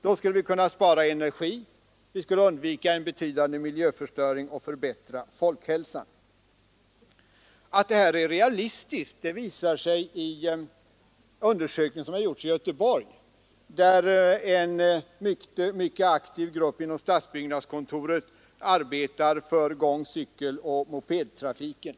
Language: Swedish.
Då kan vi spara energi, undvika en betydande miljöförstöring och förbättra folkhälsan. Att detta är realistiskt visar en undersökning som gjorts i Göteborg, där en mycket aktiv grupp inom stadsbyggnadskontoret arbetar för gång-, cykeloch mopedtrafiken.